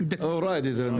(אומר דברים בשפה הערבית,